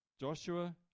Joshua